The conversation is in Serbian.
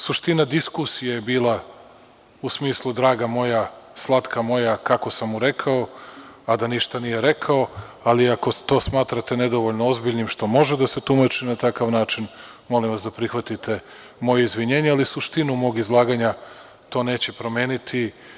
Suština diskusije je bila u smislu „draga moja“, „slatka moja“, kako sam mu rekao, a da ništa nije rekao, ali ako to smatrate nedovoljno ozbiljnim što može da se tumači na takav način, molim vas da prihvatite moje izvinjenje, ali suštinu mog izlaganja to neće promeniti.